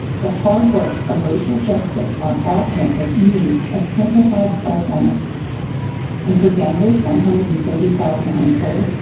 the hard work of racial justice on our campus needs a simplified pell formula and for denver's one hundred and thirty thousand unemployed,